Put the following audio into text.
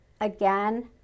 again